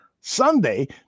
Sunday